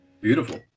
Beautiful